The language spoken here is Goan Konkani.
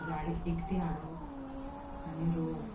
झाडां विकतीं हाडप आनी रोवप